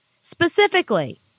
specifically